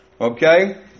Okay